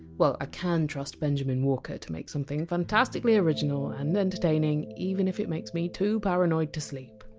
well, i can trust benjamen walker to make something fantastically original and entertaining, even if it makes me too paranoid to sleep.